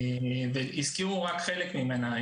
הזכירו רק חלק ממנה.